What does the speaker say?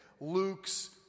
Luke's